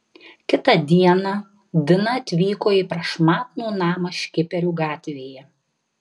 kitą dieną dina atvyko į prašmatnų namą škiperių gatvėje